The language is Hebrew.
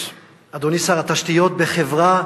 אדוני שר התשתיות, בחברה